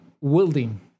welding